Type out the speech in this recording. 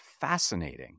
fascinating